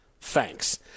thanks